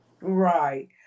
Right